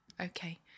Okay